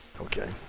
Okay